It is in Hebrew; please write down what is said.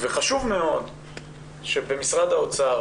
וחשוב מאוד שבמשרד האוצר